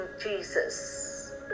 Jesus